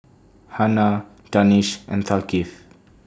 Hana Danish and Thaqif